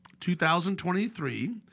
2023